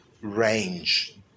range